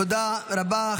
תודה רבה.